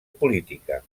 política